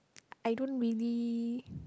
I don't really